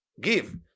give